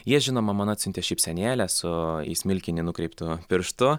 jie žinoma man atsiuntė šypsenėlę su į smilkinį nukreiptu pirštu